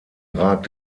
ragt